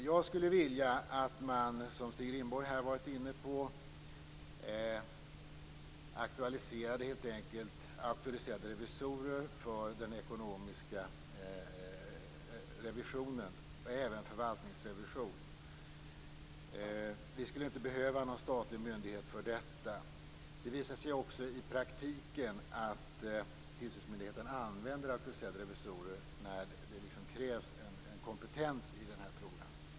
Jag skulle vilja att man, som Stig Rindborg var inne på, helt enkelt aktualiserade auktoriserade revisorer för den ekonomiska revisionen, även för förvaltningsrevision. Vi skulle inte behöva någon statlig myndighet för detta. Det visar sig också i praktiken att tillsynsmyndigheten använder auktoriserade revisorer när det krävs en kompetens i den här frågan.